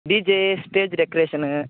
DJ stage decoration